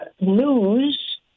news